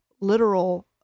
literal